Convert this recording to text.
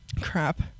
crap